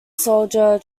soldier